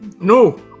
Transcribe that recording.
No